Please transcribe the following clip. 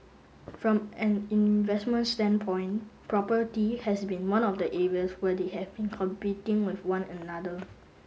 from an investment standpoint property has been one of the areas where they have been competing with one another